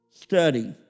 Study